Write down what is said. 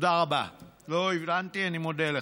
תודה רבה, לא הבנתי, אני מודה לך.